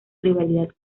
rivalidad